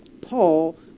Paul